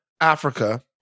Africa